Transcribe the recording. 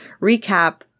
recap